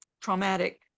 traumatic